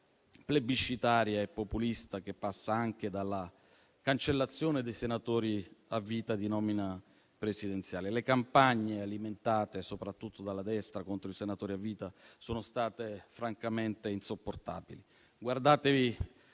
plebiscitaria e populista che passa anche dalla cancellazione dei senatori a vita di nomina presidenziale. Le campagne alimentate soprattutto dalla destra contro i senatori a vita sono state francamente insopportabili. Guardatevi